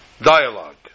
dialogue